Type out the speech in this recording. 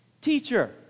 Teacher